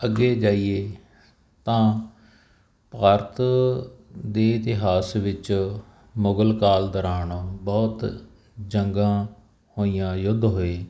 ਅੱਗੇ ਜਾਈਏ ਤਾਂ ਭਾਰਤ ਦੇ ਇਤਿਹਾਸ ਵਿੱਚ ਮੁਗਲ ਕਾਲ ਦੌਰਾਨ ਬਹੁਤ ਜੰਗਾਂ ਹੋਈਆਂ ਯੁੱਧ ਹੋਏ